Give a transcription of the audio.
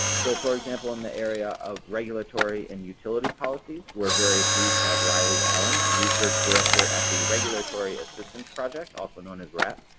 so for example, in the area of regulatory and utility policies we are very pleased to have riley allen, research director at the regulatory assistance project, also known as rap,